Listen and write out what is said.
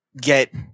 get